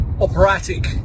operatic